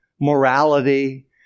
morality